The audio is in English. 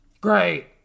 Great